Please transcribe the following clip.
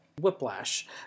whiplash